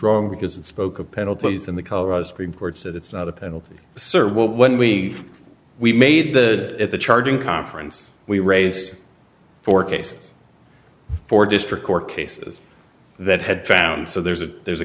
wrong because it spoke of penalties and the colorado supreme court said it's not a penalty sir when we we made the at the charging conference we raised four cases four district court cases that had found so there's a there's a